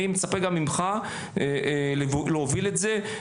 אני מצפה גם ממך להוביל את זה.